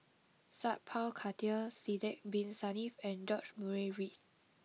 Sat Pal Khattar Sidek bin Saniff and George Murray Reith